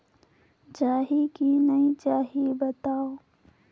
जाही की नइ जाही बताव?